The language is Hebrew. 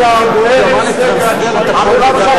20 שנה, הוא ישב אצלי שנה